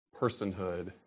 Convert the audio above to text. personhood